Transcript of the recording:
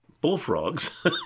bullfrogs